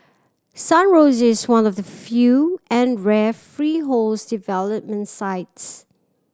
Sun Rosier is one of the few and rare freehold development sites